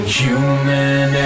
human